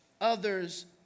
other's